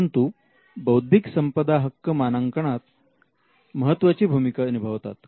परंतु बौद्धिक संपदा हक्क मानांकनात महत्त्वाची भूमिका निभावतात